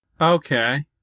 Okay